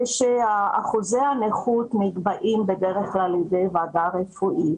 כשאחוזי הנכות נקבעים בדרך כלל על ידי ועדה רפואית,